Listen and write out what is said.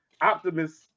Optimus